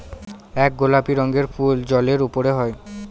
এক গোলাপি রঙের ফুল জলের উপরে হয়